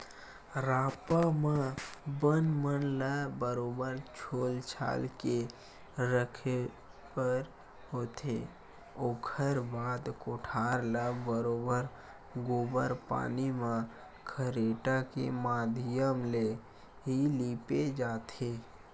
रापा म बन मन ल बरोबर छोल छाल के रखे बर होथे, ओखर बाद कोठार ल बरोबर गोबर पानी म खरेटा के माधियम ले ही लिपे जाथे